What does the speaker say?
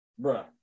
Bruh